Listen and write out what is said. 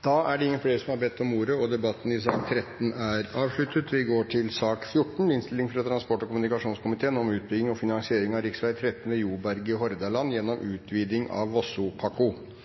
Flere har ikke bedt om ordet til sak nr. 13. Etter ønske fra transport- og kommunikasjonskomiteen vil presidenten foreslå at taletiden blir begrenset til 5 minutter til hver gruppe og